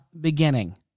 beginning